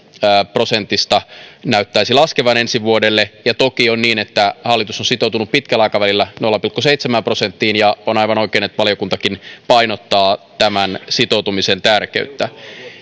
prosentista ensi vuodelle toki on niin että hallitus on sitoutunut pitkällä aikavälillä nolla pilkku seitsemään prosenttiin ja on aivan oikein että valiokuntakin painottaa tämän sitoutumisen tärkeyttä